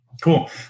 Cool